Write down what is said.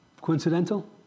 Coincidental